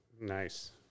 Nice